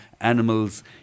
animals